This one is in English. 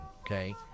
okay